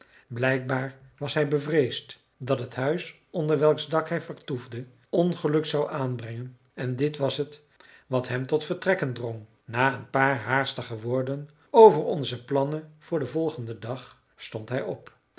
blijkbaar was hij bevreesd dat het huis onder welks dak hij vertoefde ongeluk zou aanbrengen en dit was het wat hem tot vertrekken drong na een paar haastige woorden over onze plannen voor den volgenden dag stond hij op